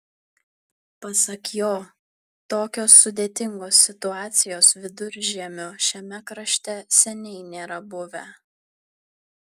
pasak jo tokios sudėtingos situacijos viduržiemiu šiame krašte seniai nėra buvę